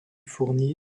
fourni